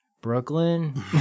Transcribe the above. Brooklyn